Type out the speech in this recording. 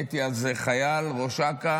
השרים, עמיתיי חברי הכנסת,